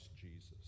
Jesus